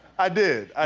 i did, i